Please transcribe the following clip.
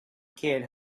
kid